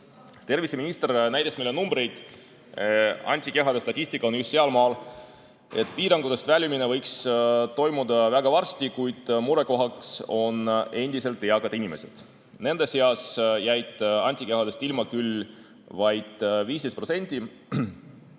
Terviseminister näitas meile numbreid. Antikehade statistika on just sealmaal, et piirangutest väljumine võiks toimuda väga varsti, kuid murekohaks on endiselt eakad inimesed. Nende seast jäi antikehadest ilma küll vaid 15%,